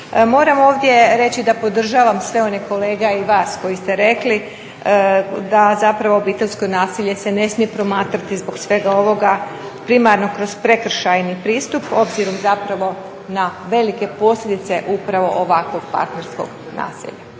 Moram ovdje reći da podržavam sve one kolege, a i vas koji ste rekli da zapravo obiteljsko nasilje se ne smije promatrati zbog svega ovoga primarno kroz prekršajni pristup, obzirom zapravo na velike posljedice upravo ovakvog partnerskog nasilja.